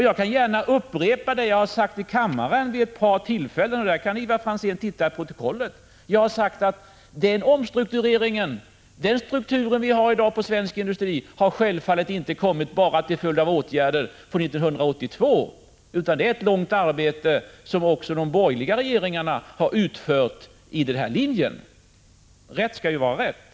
Jag kan gärna upprepa det som jag har sagt i kammaren vid ett par tillfällen — och som Ivar Franzén kan läsa i protokollet: Den struktur vi har i dag på svensk industri har självfallet inte tillkommit bara som en följd av åtgärder från 1982 utan är resultatet av ett långt arbete, som också de borgerliga regeringarna har utfört enligt samma linje. Rätt skall ju vara rätt.